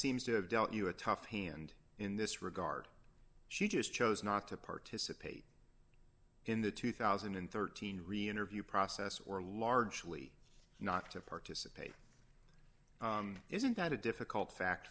seems to have dealt you a tough hand in this regard she just chose not to participate in the two thousand and thirteen reinterview process or largely not to participate isn't that a difficult fact